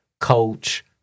coach